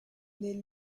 naît